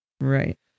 Right